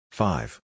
Five